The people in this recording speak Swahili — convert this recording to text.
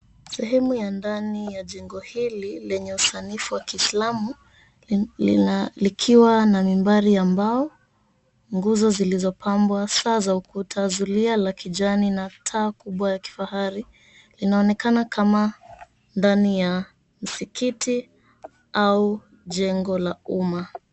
Sehemu ya ndani ya njengo hili lenye usanifu wa kiislamu, lina likiwa na mimbari ya mbao, nguzo zilizopambwa, saa ya ukuta zuria la kijani na taa kubwa ya kifahari. Inaonekana kama ndani ya msikiti au jengo la umma.